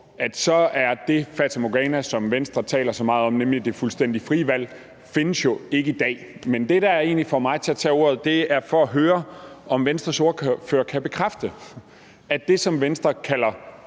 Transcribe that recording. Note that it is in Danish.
at det fatamorgana, som Venstre taler så meget om, nemlig det fuldstændig frie valg, jo ikke findes i dag. Men det, der egentlig får mig til at tage ordet, er, at jeg vil høre, om Venstres ordfører kan bekræfte, at det, som Venstre kalder